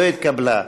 לא נתקבלה.